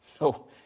No